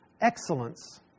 excellence